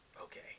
okay